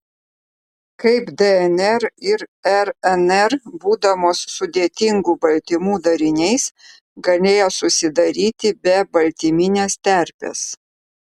kaip dnr ir rnr būdamos sudėtingų baltymų dariniais galėjo susidaryti be baltyminės terpės